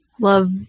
love